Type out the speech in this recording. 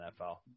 NFL